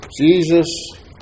Jesus